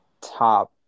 top